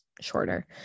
shorter